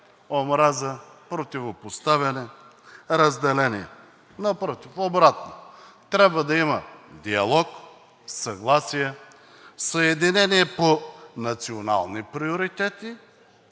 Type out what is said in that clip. омраза, противопоставяне, разделение. Напротив, обратно, трябва да има диалог, съгласие, съединение по национални приоритети